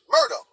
Murder